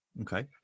Okay